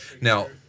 Now